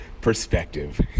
perspective